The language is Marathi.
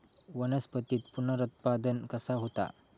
वनस्पतीत पुनरुत्पादन कसा होता?